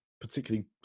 particularly